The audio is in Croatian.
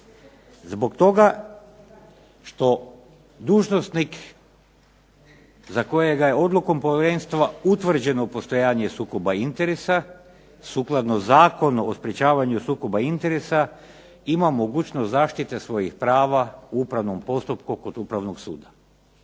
Zbog toga što dužnosnik za kojega je odlukom povjerenstva utvrđeno postojanje sukoba interesa sukladno Zakonu o sprječavanju sukoba interesa ima mogućnost zaštite svojih prava u upravnom postupku kod Upravnog suda.